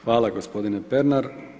Hvala gospodine Pernar.